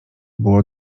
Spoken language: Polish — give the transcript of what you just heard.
było